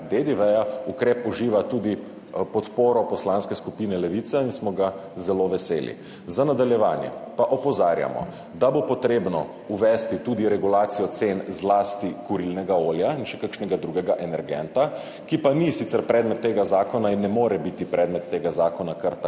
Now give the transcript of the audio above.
ukrep tudi podporo Poslanske skupine Levica in smo ga zelo veseli. Za nadaljevanje pa opozarjamo, da bo potrebno uvesti tudi regulacijo cen, zlasti kurilnega olja in še kakšnega drugega energenta, ki pa sicer ni predmet tega zakona in ne more biti predmet tega zakona kar